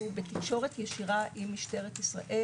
אנחנו בתקשורת ישירה עם משטרת ישראל.